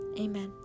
Amen